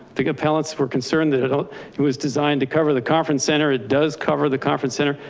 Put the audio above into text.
think of pellets were concerned that it um it was designed to cover the conference center. it does cover the conference center,